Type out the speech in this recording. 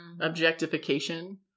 objectification